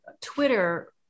Twitter